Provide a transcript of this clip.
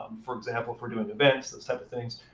for example, if we're doing events, those types of things,